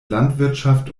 landwirtschaft